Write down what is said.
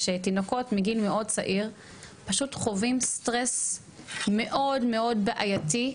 יש תינוקות מגיל מאוד צעיר פשוט חווים סטרס מאוד מאוד בעייתי,